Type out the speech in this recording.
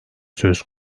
söz